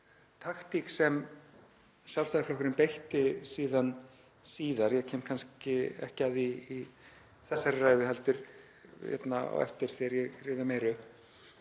taktík sem Sjálfstæðisflokkurinn beitti síðar — ég kem kannski ekki að því í þessari ræðu heldur á eftir þegar ég rifja meira